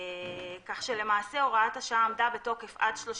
כך שלמעשה הוראת השעה עמדה בתוקף עד 31